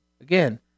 Again